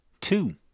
two